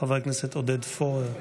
חבר הכנסת עודד פורר,